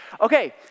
Okay